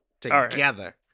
together